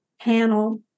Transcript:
panel